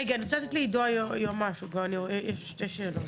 עידו היועמ"ש, יש לו שתי שאלות.